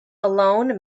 alone